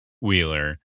Wheeler